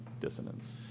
dissonance